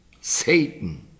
Satan